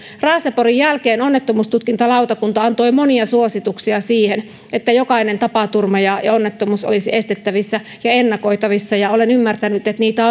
raaseporin jälkeen onnettomuustutkintalautakunta antoi monia suosituksia siihen että jokainen tapaturma ja ja onnettomuus olisi estettävissä ja ennakoitavissa ja olen ymmärtänyt että niitä